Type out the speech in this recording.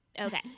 Okay